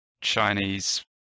Chinese